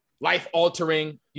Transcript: life-altering